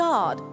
God